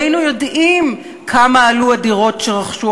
היינו יודעים כמה עלו הדירות שרכשו